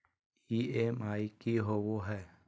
EMI की होवे है?